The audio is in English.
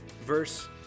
verse